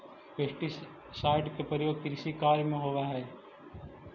pesticide के प्रयोग कृषि कार्य में होवऽ हई